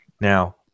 Now